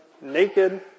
naked